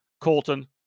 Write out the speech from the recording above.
Colton